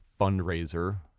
fundraiser